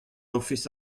ofis